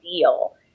deal